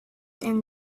then